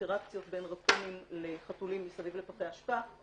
והאינטראקציות בין רקונים לחתולים מסביב לפחי אשפה היא